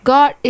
God